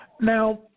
Now